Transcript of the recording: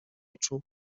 oczu